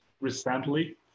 recently